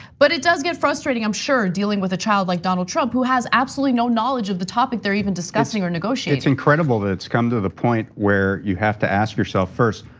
but it does get frustrating i'm sure dealing with a child like donald trump who has absolutely no knowledge of the topic they're even discussing or negotiating. it's incredible that it's come to the point where you have to ask yourself first,